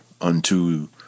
unto